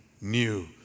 new